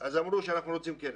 אמרו שאנחנו רוצים כלא.